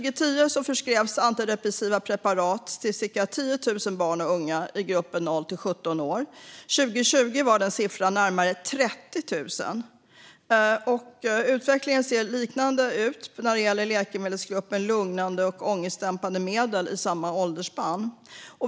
2010 förskrevs antidepressiva preparat till cirka 10 000 barn och unga i gruppen 0-17 år. 2020 var siffran närmare 30 000. Utvecklingen ser likartad ut när det gäller läkemedelsgruppen lugnande och ångestdämpande medel i samma åldersspann.